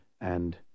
and